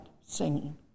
singing